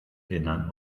innern